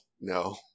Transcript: no